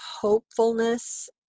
hopefulness